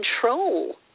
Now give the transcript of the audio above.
control